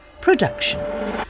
Production